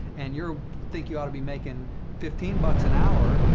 and you think you ought to be making fifteen bucks an hour,